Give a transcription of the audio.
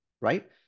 right